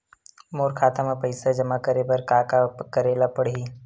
मोर खाता म पईसा जमा करे बर का का करे ल पड़हि?